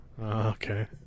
Okay